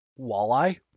walleye